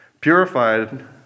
Purified